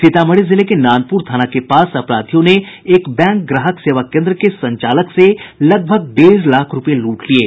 सीतामढ़ी जिले के नानपुर थाना के पास अपराधियों ने एक बैंक ग्राहक सेवा केंद्र के संचालक से लगभग डेढ़ लाख रूपये लूट लिये